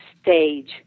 stage